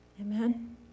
Amen